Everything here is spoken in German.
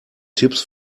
tipps